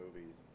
movies